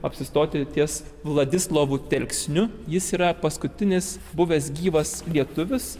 apsistoti ties vladislovu telksniu jis yra paskutinis buvęs gyvas lietuvis